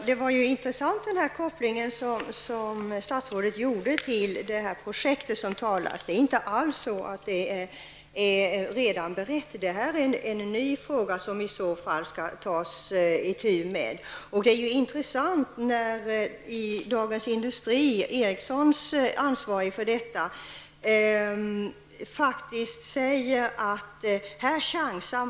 Herr talman! Den koppling som statsrådet gjorde till det projekt som det talats om var intressant. Det är inte alls så att det projektet redan är berett. Detta är i så fall en ny fråga som man skall ta itu med. Det är intressant att Ericssons ansvarige för detta projekt i Dagens Industri faktiskt säger att man här chansar.